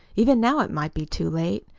even now it may be too late.